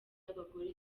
y’abagore